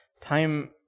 time